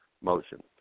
motion